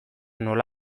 nola